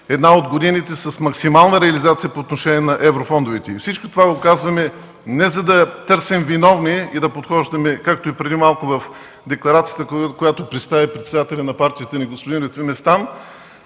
една от годините с максимална реализация по отношение на еврофондовете. Всичко това го казваме не за да търсим виновни и да подхождаме, както и преди малко в декларацията, която представи председателят на партията ни господин Лютви Местан,